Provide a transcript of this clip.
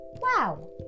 Wow